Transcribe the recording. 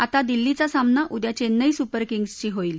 आता दिल्लीचा सामना उद्या चेन्नई सुपर किंग्जशी होईल